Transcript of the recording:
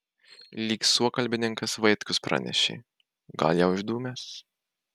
lyg suokalbininkas vaitkus pranešė gal jau išdūmęs